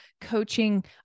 coaching